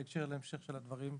בהקשר לדברים שלך,